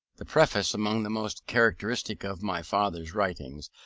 the preface, among the most characteristic of my father's writings,